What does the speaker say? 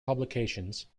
publications